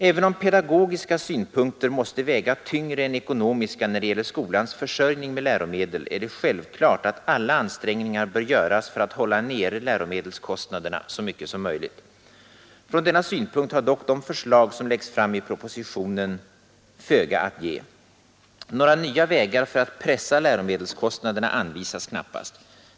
Även om pedagogiska synpunkter måste väga tyngre än ekonomiska när det gäller skolans försörjning med läromedel är det självklart att alla ansträngningar bör göras för att hålla nere läromedelskostnaderna så mycket som möjligt. Från denna synpunkt har dock de förslag som läggs fram i propositionen föga att ge. Några nya vägar för att pressa läromedelskostnaderna anvisas knappast.